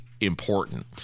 important